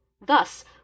thus